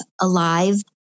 Alive